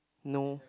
no